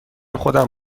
خودم